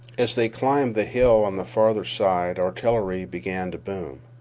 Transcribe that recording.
as they climbed the hill on the farther side artillery began to boom.